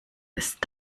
ist